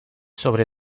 sobre